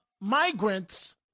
migrants